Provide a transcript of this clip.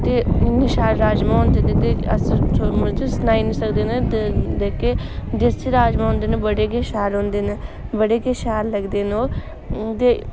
ते इन्ने शैल राज़मा होंदे न ते अस मतलब सनाई नी सकदे न ते जेह्के देसी राज़मा होंदे न बड़े गै शैल होंदे न बड़े गै शैल लगदे न ओह् उन्दे